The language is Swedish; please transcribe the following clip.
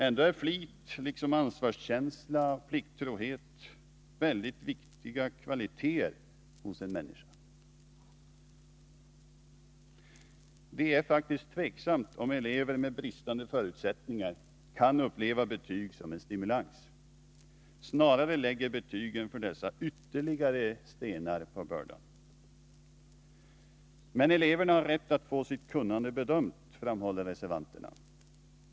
Ändå är flit, liksom ansvarskänsla och plikttrohet, väldigt viktiga kvaliteter hos en människa. Det är faktiskt tveksamt om elever med bristande förutsättningar kan uppleva betyg som en stimulans. Snarare lägger betygen för dessa ytterligare stenar på bördan. Men eleverna har rätt att få sitt kunnande bedömt, framhåller reservanterna.